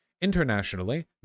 Internationally